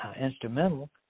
instrumental